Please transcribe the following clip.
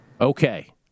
Okay